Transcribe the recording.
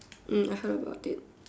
mm I heard about it